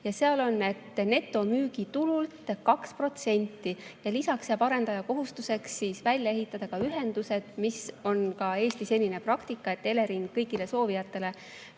et see on netomüügitulult 2% ja lisaks jääb arendaja kohustuseks välja ehitada ühendused, mis on ka Eesti senine praktika. Elering kõigile soovijatele